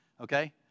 okay